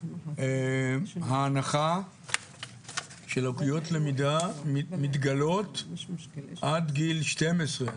ההנחה שלקויות למידה מתגלות עד גיל 12,